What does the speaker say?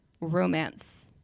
romance